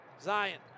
Zion